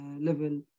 level